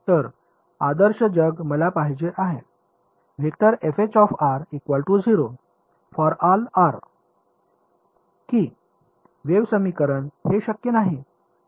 तर आदर्श जग मला पाहिजे आहे की वेव्ह समीकरण हे शक्य नाही